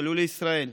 עלו לישראל.